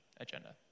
agenda